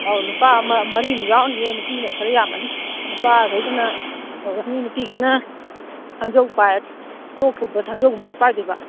ꯑꯧ ꯅꯨꯄꯥ ꯃꯔꯤꯃꯨꯛ ꯌꯥꯎꯔꯅꯤꯌꯦ ꯅꯨꯄꯤꯅ ꯈꯔ ꯌꯥꯝꯃꯅꯤ ꯅꯨꯄꯥꯒꯩꯗꯨꯅ ꯇꯧꯔꯅꯤ ꯅꯨꯄꯤꯒꯩꯅ ꯊꯥꯡꯖꯧ ꯇꯣꯛꯀꯨꯝꯕ ꯊꯥꯡꯖꯧꯒꯨꯝꯕꯗꯣ ꯄꯥꯏꯗꯣꯏꯕ